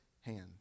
hand